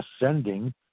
ascending